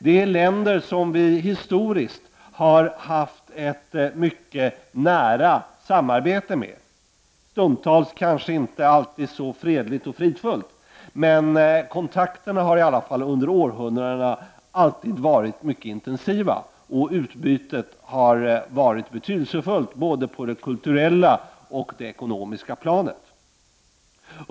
Det är länder som vi historiskt sett har haft ett mycket nära samarbete med -— stundtals kanske inte alltid så fredligt och fridfullt, men kontakterna har i alla fall under århundranden varit mycket intensiva, och utbytet, har varit betydelsefullt både på det kulturella och på det ekonomiska planet.